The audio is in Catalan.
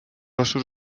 ossos